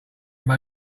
may